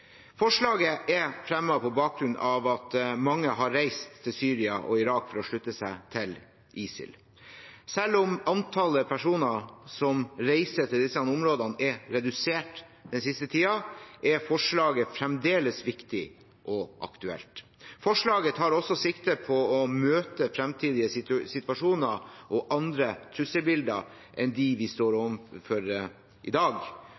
Forslaget er fremmet på bakgrunn av at mange har reist til Syria og Irak for å slutte seg til ISIL. Selv om antallet personer som reiser til disse områdene, er redusert den siste tiden, er forslaget fremdeles viktig og aktuelt. Forslaget tar også sikte på å møte fremtidige situasjoner og andre trusselbilder enn dem vi står overfor i dag,